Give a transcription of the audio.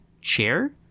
chair